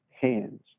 hands